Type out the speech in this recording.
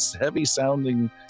heavy-sounding